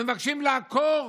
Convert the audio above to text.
ומבקשים לעקור,